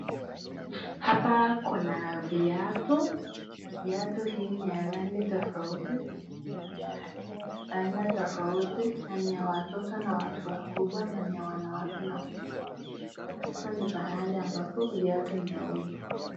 Hapa kuna viatu, na viatu hii ni ya rangi tofauti, na ni ya aina ya, aina tofauti, na ni ya watoto na watu wakubwa, na ni ya wanawake na wanaume, na hapo ni pahali ambapo viatu inauzwa.